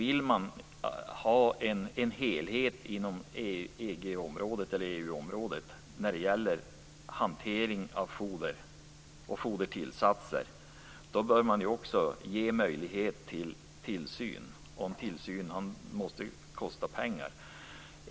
Vill man ha en helhet inom EU området när det gäller hantering av foder och fodertillsatser bör man också ge möjlighet till tillsyn även om tillsynen innebär kostnader.